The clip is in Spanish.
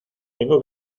tengo